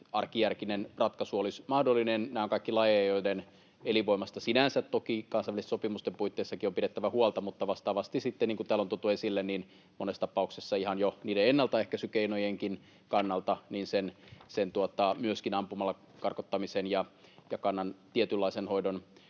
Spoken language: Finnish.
arkijärkinen ratkaisu olisi mahdollinen. Nämä ovat kaikki lajeja, joiden elinvoimasta sinänsä toki kansainvälisten sopimusten puitteissakin on pidettävä huolta, mutta vastaavasti sitten, niin kuin täällä on tuotu esille, monessa tapauksessa ihan jo ennaltaehkäisykeinojenkin kannalta myöskin ampumalla karkottaminen ja kannan tietynlaisen hoidon